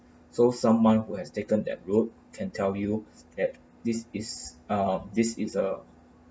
so someone who has taken that road can tell you that this is uh this is a